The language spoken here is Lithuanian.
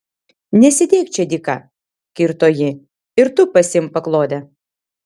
nesėdėk čia dyka kirto ji ir tu pasiimk paklodę